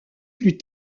plus